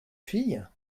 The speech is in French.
fille